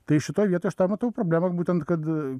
tai šitoj vietoj aš matau problemą būtent kad